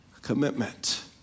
commitment